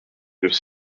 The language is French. deux